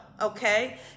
okay